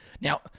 now